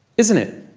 isn't it?